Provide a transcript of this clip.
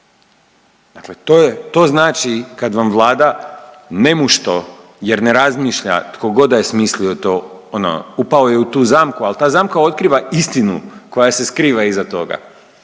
Dakle, to znači kad vam Vlada nemušto jer ne razmišlja tko god da je smislio to ono upao je u tu zamku, ali ta zamka otkriva istinu koja se skriva iza toga,